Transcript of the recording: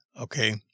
okay